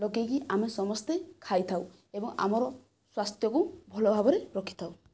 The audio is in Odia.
ଲଗେଇକି ଆମେ ସମସ୍ତେ ଖାଇଥାଉ ଏବଂ ଆମର ସ୍ୱାସ୍ଥ୍ୟକୁ ଭଲଭାବରେ ରଖିଥାଉ